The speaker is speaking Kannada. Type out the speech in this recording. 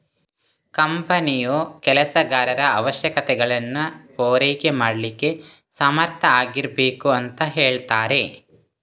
ಕಂಪನಿಯು ಕೆಲಸಗಾರರ ಅವಶ್ಯಕತೆಗಳನ್ನ ಪೂರೈಕೆ ಮಾಡ್ಲಿಕ್ಕೆ ಸಮರ್ಥ ಆಗಿರ್ಬೇಕು ಅಂತ ಹೇಳ್ತಾರೆ